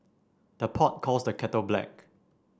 the pot calls the kettle black